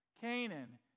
Canaan